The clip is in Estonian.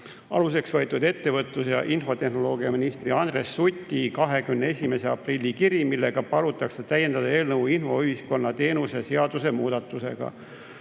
aluseks võetud ettevõtlus‑ ja infotehnoloogiaministri Andres Suti 21. aprilli kiri, millega palutakse täiendada eelnõu infoühiskonna teenuse seaduse muudatusega.